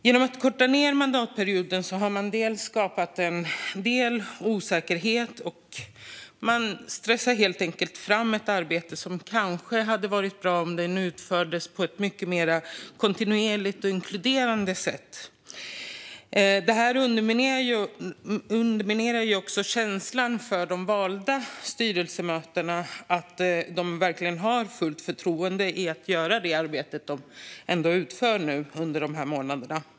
Genom att korta ned mandatperioden har man skapat osäkerhet, och man stressar fram ett arbete som hade behövt utföras på ett mycket mer kontinuerligt och inkluderande sätt. Det underminerar också känslan för de valda styrelseledamöterna av att de verkligen har fullt förtroende i sitt arbete.